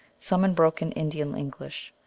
some in broken indian-english.